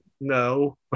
no